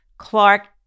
Clark